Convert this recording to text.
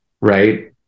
right